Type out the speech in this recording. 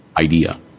idea